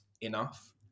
enough